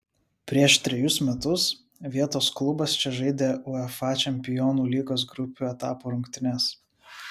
prieš trejus metus vietos klubas čia žaidė uefa čempionų lygos grupių etapo rungtynes